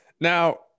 Now